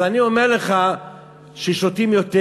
שישתו פחות?